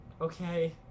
Okay